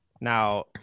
Now